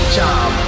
job